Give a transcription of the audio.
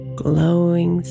glowing